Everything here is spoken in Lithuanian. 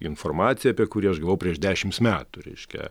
informacija apie kurį aš gavau prieš dešims metų reiškia